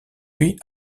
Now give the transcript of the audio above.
puis